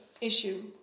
issue